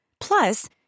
Plus